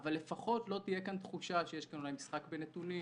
אבל לפחות לא תהיה כאן תחושה שיש כאן אולי משחק בנתונים